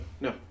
no